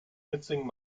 mitsingen